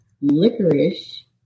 licorice